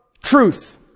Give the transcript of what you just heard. truth